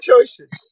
choices